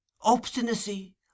Obstinacy